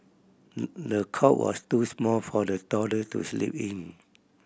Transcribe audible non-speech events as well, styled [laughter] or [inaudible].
[unintelligible] the cot was too small for the toddler to sleep in